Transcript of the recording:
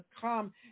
come